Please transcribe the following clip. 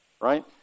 right